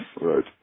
Right